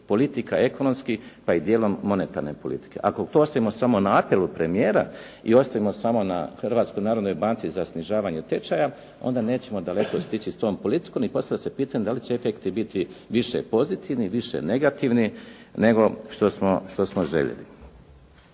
politika ekonomskih, pa i dijelom monetarne politike. Ako to ostavimo samo na apelu premijera i ostavimo samo na Hrvatskoj narodnoj banci za snižavanje tečaja, onda nećemo daleko stići s tom politikom i poslije se pitam da li će efekti biti više pozitivni, više negativni nego što smo željeli.